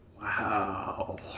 Wow